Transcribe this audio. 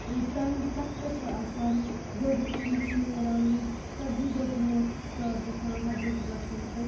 تَمہ تَتھ پؠٹھ چھِ آسان گۄڈٕنیٚتھٕے چھِ نیران لُکھ ژَتجِی دۄہ برُونٛٹھ چھِ سِٹاٹ گژھان حجَس گَژُھن تہٕ